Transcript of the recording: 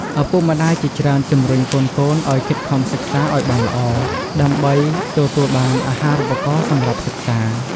ឪពុកម្តាយជាច្រើនជំរុញកូនៗឱ្យខិតខំសិក្សាឲ្យបានល្អ ដើម្បីទទួលបានអាហារូបករណ៍សម្រាប់សិក្សា។